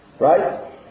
right